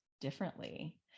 differently